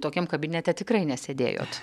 tokiam kabinete tikrai nesėdėjot